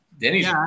Denny's